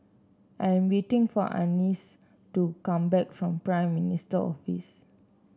I am waiting for Anice to come back from Prime Minister's Office